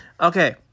okay